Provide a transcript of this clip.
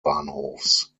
bahnhofs